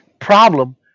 problem